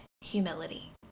humility